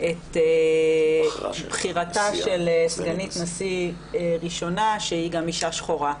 את בחירתה של סגנית נשיא ראשונה שהיא גם אישה שחורה.